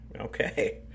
Okay